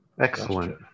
Excellent